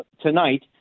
tonight